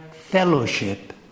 fellowship